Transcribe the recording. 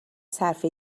صرفه